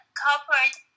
corporate